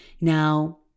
Now